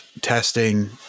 testing